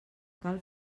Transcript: cal